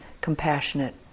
compassionate